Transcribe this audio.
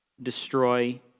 destroy